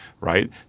right